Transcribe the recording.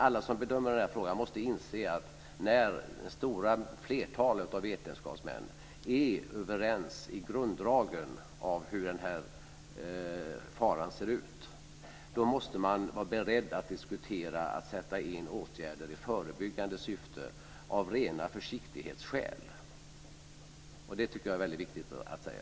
Alla som bedömer den här frågan måste inse att man, när det stora flertalet av vetenskapsmän är överens om grunddragen när det gäller hur den här faran ser ut, måste vara beredd att diskutera att sätta in åtgärder i förebyggande syfte av rena försiktighetsskäl. Det tycker jag är väldigt viktigt att säga.